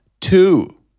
two